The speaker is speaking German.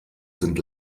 sind